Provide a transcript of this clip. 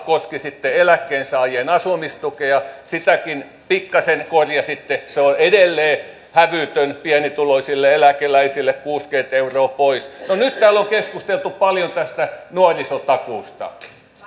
koski eläkkeensaajien asumistukea sitäkin pikkasen korjasitte se on edelleen hävytön pienituloisille eläkeläisille kuusikymmentä euroa pois no nyt täällä on keskusteltu paljon tästä nuorisotakuusta